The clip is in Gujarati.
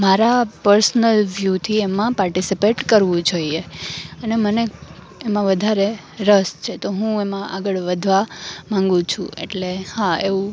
મારા પર્સનલ વ્યૂથી એમાં પાર્ટિસિપેટ કરવું જોઈએ અને મને એમાં વધારે રસ છે તો હું એમાં આગળ વધવા માગું છું એટલે હા એવું